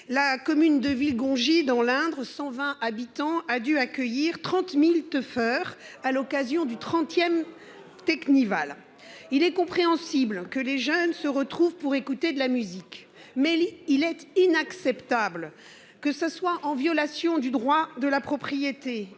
La commune de Villegongis dans l'Indre, 120 habitants, a dû accueillir 30.000 teufeurs à l'occasion du 30ème Teknival il est compréhensible que les jeunes se retrouvent pour écouter de la musique mais il est inacceptable. Que ce soit en violation du droit de la propriété